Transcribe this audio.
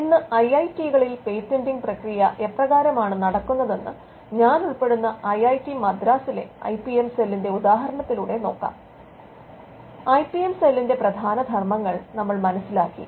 ഇനി I I ടികളിൽ patenting പ്രക്രിയ എപ്രകാരമാണ് നടക്കുന്നതെന്ന് ഞാൻ ഉൾപ്പെടുന്ന ഐ ഐ ടി മദ്രാസിലെ ഐ പി എം സെല്ലിന്റെ ഉദാഹരണത്തിലൂടെ നോക്കാം ഐ പി എം സെല്ലിന്റെ പ്രധാന ധർമ്മങ്ങൾ നമ്മൾ മനസിലാക്കി